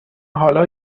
حالا